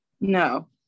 No